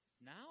Now